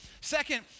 Second